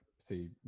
see